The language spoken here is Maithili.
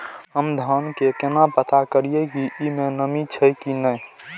हम धान के केना पता करिए की ई में नमी छे की ने?